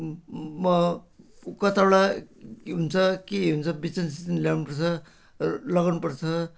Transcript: म कताबाट के हुन्छ कि हुन्छ बिजनसँग सिजन ल्याउनु पर्छ लगाउनु पर्छ